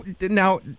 Now